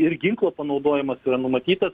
ir ginklo panaudojimas yra numatytas